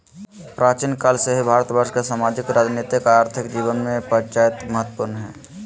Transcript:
प्राचीन काल से ही भारतवर्ष के सामाजिक, राजनीतिक, आर्थिक जीवन में पंचायत महत्वपूर्ण हइ